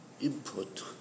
input